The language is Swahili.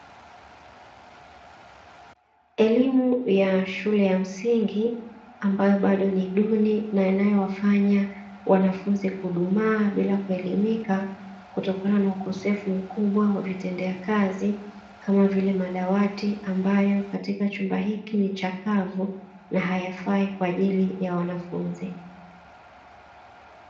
Elimu ya shule ya msingi, ambayo bado ni duni na inayowafanya wanafunzi kudumaa bila kuelimika kutokana na ukosefu mkubwa vitendea kazi, kama vile: madawati ambayo katika chumba hiki ni chakavu na hayafai kwa ajili ya wanafunzi.